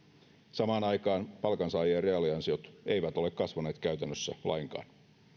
samaan aikaan palkansaajien reaaliansiot eivät ole kasvaneet käytännössä lainkaan